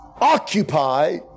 Occupy